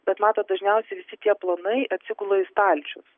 bet matot dažniausiai visi tie planai atsigula į stalčius